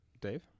Dave